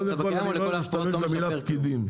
קודם כל, אני לא משתמש במילה פקידים.